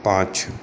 પાંચ